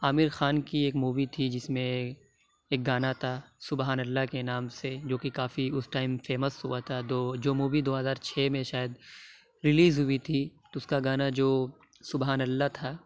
عامر خان کی ایک مووی تھی جس میں ایک گانا تھا سُبحان اللہ کے نام سے جو کہ کافی اُس ٹائم فیمس ہُوا تھا دو جو مووی دو ہزار چھ میں شاید ریلیز ہوئی تھی تو اُس کا گانا جو سُبحان اللہ تھا